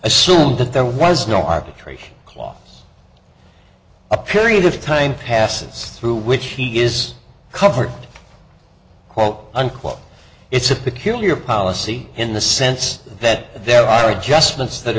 assumed that there was no arbitration clause a period of time passes through which he is covered quote unquote it's a peculiar policy in the sense that there are adjustments that